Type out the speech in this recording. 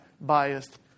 biased